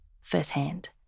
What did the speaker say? firsthand